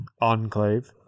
enclave